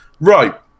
Right